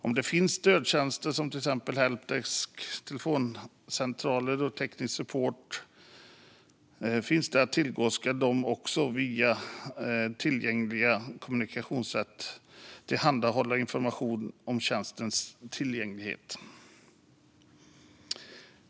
Om stödtjänster som till exempel helpdesk, telefoncentraler och teknisk support finns att tillgå ska de via tillgängliga kommunikationssätt tillhandahålla information om tjänstens tillgänglighet.